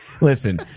listen